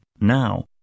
Now